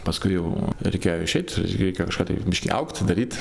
paskui jau reikėjo išeit reikia kažką tai biškį augt daryt